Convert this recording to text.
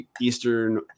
Eastern